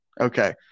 Okay